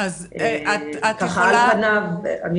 על פניו.